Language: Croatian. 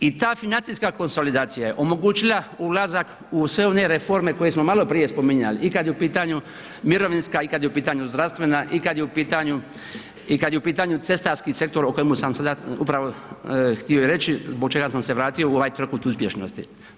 I ta financijska konsolidacija je omogućila ulazak u sve one reforme koje smo maloprije spominjali i kad je u pitanju mirovinska i kad je u pitanju zdravstvena i kad je u pitanju i kad je u pitanju cestarski sektor o kojemu sam sada upravo htio reći zbog čega sam se vratio u ovaj trokut uspješnosti.